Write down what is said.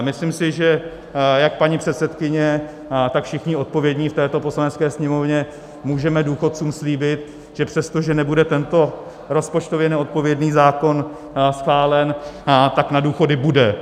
Myslím si, že jak paní předsedkyně, tak všichni odpovědní v této Poslanecké sněmovně můžeme důchodcům slíbit, že přestože nebude tento rozpočtově neodpovědný zákon schválen, tak na důchody bude.